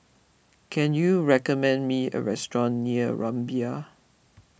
can you recommend me a restaurant near Rumbia